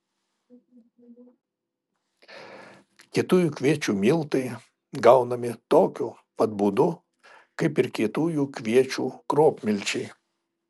kietųjų kviečių miltai gaunami tokiu pat būdu kaip ir kietųjų kviečių kruopmilčiai